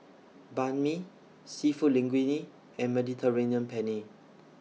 Banh MI Seafood Linguine and Mediterranean Penne